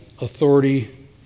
authority